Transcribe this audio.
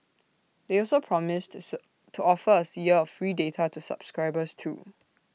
they also promised to sir to offer A year of free data to subscribers too